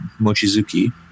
Mochizuki